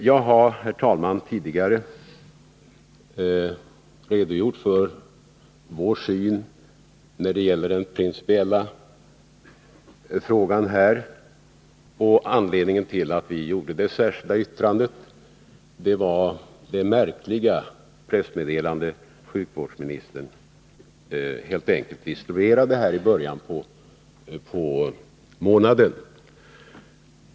Jag har, herr talman, tidigare redogjort för vår syn när det gäller principerna. Anledningen till att vi skrev det särskilda yttrandet var det märkliga pressmeddelande som sjukvårdsministern distribuerade i början av månaden.